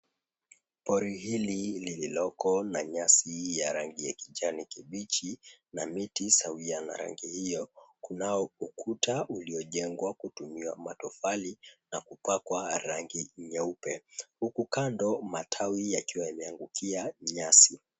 Pori hili lililoko na nyasi ya rangi ya kijani kibichi na miti sawia na rangi hiyo, kunao ukuta uliojengwa kutumia matofali na kupakwa rangi nyeupe. Huku kando, matawi yakiwa yameangukia nyasi.